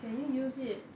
can you use it